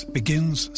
begins